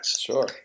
Sure